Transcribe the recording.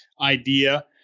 idea